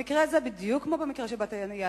במקרה הזה, בדיוק כמו במקרה של בת-היענה,